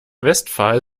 westphal